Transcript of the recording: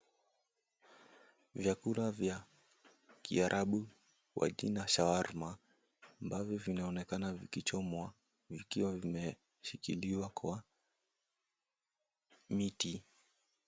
Vyakula vya kiarabu kwa jina shawarma, ambavyo vinaonekana vikichomwa vikiwa vimeshikiliwa kwa miti.